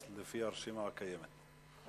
לפי הרשימה הקיימת.